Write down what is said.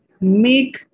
make